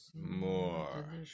more